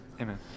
Amen